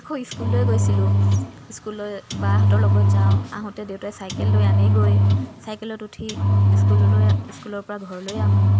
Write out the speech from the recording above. আকৌ স্কুললৈ গৈছিলোঁ স্কুলত বাহঁতৰ লগত যাওঁ আহোঁতে দেউতাই চাইকেল লৈ আনেগৈ চাইকেলত উঠি স্কুললৈ স্কুলৰ পৰা ঘৰলৈ আহোঁ